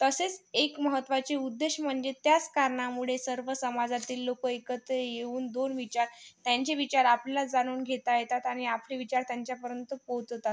तसेच एक महत्त्वाचे उद्देश म्हणजे त्याच कारणामुळे सर्व समाजातील लोकं एकत्र येऊन दोन विचार त्यांचे विचार आपल्याला जाणून घेता येतात आणि आपले विचार त्यांच्यापर्यंत पोचतात